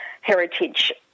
heritage